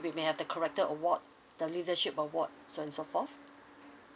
we may have the character award the leadership award so on so forth